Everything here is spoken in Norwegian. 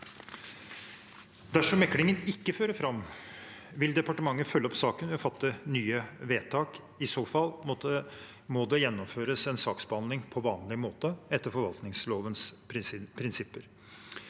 Dersom meklingen ikke fører fram, vil departementet følge opp saken ved å fatte nye vedtak. I så fall må det gjennomføres en saksbehandling på vanlig måte, etter forvaltningslovens prinsipper.